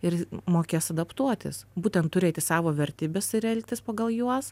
ir mokės adaptuotis būtent turėti savo vertybes ir elgtis pagal juos